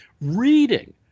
reading